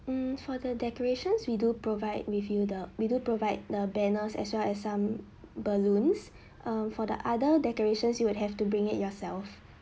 mm for the decorations we do provide with you the we do provide the banners as well as some balloons err for the other decorations you would have to bring it yourself